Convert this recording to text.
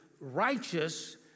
righteous